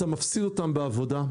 אתה מפסיד אותם בעבודה,